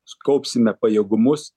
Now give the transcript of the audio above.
sukaupsime pajėgumus